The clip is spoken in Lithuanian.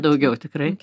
daugiau tikrai